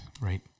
Right